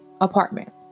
apartment